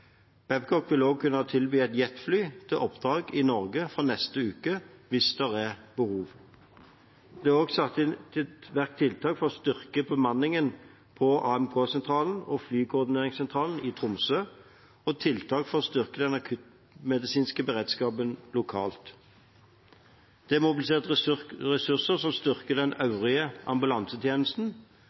Babcock vil også kunne tilby et jetfly til oppdrag i Norge fra neste uke, hvis det blir behov. Det er også satt i verk tiltak for å styrke bemanningen på AMK-sentralen og flykoordineringssentralen i Tromsø og tiltak for å styrke den akuttmedisinske beredskapen lokalt. Det er mobilisert ressurser som styrker den øvrige ambulansetjenesten,